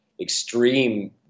extreme